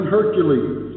Hercules